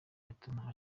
byatuma